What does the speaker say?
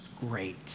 great